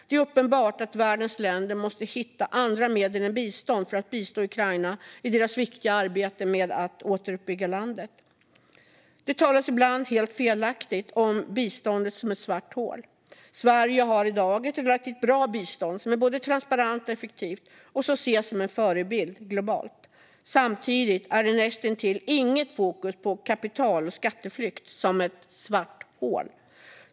Det är uppenbart att världens länder måste hitta andra medel än biståndet för att bistå Ukraina i deras viktiga arbete med att återuppbygga landet. Det talas ibland, helt felaktigt, om biståndet som ett svart hål. Sverige har i dag ett relativt bra bistånd som är både transparent och effektivt och som ses som en förebild globalt. Samtidigt finns det näst intill inget fokus på kapital och skatteflykt som ett svart hål.